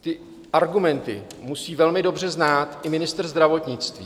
Ty argumenty musí velmi dobře znát i ministr zdravotnictví.